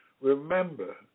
Remember